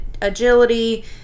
agility